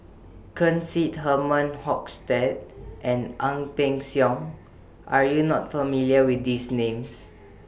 Ken Seet Herman Hochstadt and Ang Peng Siong Are YOU not familiar with These Names